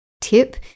tip